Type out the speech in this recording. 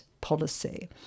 policy